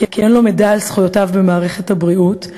כי אין לו מידע על זכויותיו במערכת הבריאות,